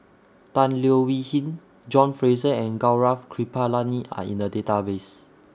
Tan Leo Wee Hin John Fraser and Gaurav Kripalani Are in The Database